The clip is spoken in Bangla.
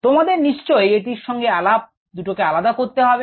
তোমাদের নিশ্চয়ই এটি সঙ্গে দুটোকে আলাদা করতে পারবে